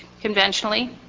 conventionally